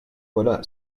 voilà